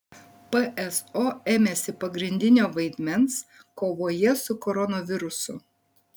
pso ėmėsi pagrindinio vaidmens kovoje su koronavirusu